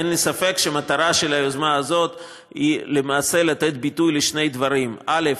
אין לי ספק שהמטרה של היוזמה הזאת היא למעשה לתת ביטוי לשני דברים: א.